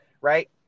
right